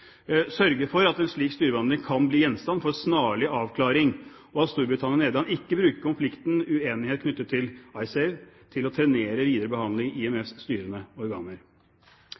for at en slik styrebehandling kan bli gjenstand for en snarlig avklaring, og at Storbritannia og Nederland ikke bruker konflikten uenighet knyttet til IceSave til å trenere videre behandling i IMFs styrende organer.